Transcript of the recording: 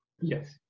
Yes